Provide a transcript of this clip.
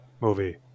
movie